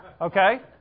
Okay